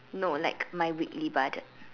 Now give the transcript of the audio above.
no like my weekly budget